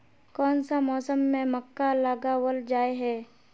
कोन सा मौसम में मक्का लगावल जाय है?